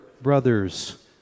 Brothers